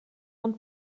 und